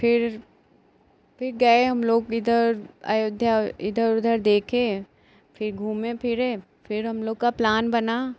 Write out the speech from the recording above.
फिर फिर गए हम लोग इधर अयोध्या इधर उधर देखे फिर घूमे फिरे फिर हम लोग का प्लान बना